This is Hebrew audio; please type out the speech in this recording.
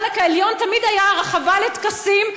החלק העליון תמיד היה רחבה לטקסים,